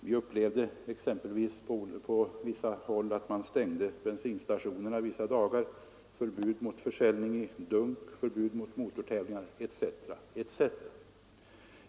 Vi upplevde exempelvis att man på en del håll stängde bensinstationerna vissa dagar. Det har också funnits förbud mot försäljning av bensin i dunk, förbud mot motortävlingar osv.